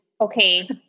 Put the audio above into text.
Okay